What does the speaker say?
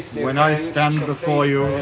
when i stand before you,